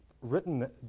written